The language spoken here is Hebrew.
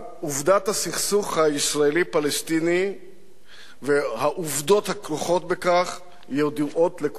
עובדת הסכסוך הישראלי פלסטיני והעובדות הכרוכות בכך ידועות לכולנו.